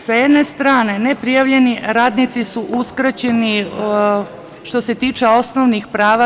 Sa jedne strane, neprijavljeni radnici su uskraćeni što se tiče osnovnih prava.